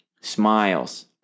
smiles